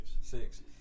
six